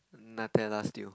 Nutella still